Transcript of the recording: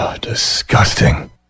disgusting